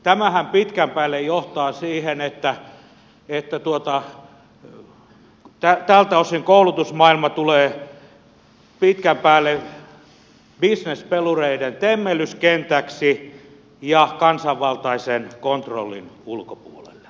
tämähän pitkän päälle johtaa siihen että tältä osin koulutusmaailma tulee pitkän päälle bisnespelureiden temmellyskentäksi ja kansainvaltaisen kontrollin ulkopuolelle